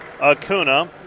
Acuna